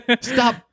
stop